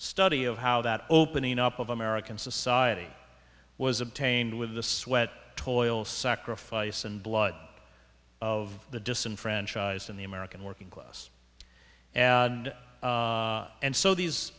study of how that opening up of american society was obtained with the sweat toil sacrifice and blood of the disenfranchised in the american working class and and so these